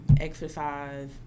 exercise